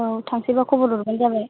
औ थांसैबा खबर हरबानो जाबाय